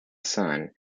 sun